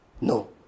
No